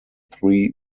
three